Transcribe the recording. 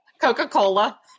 Coca-Cola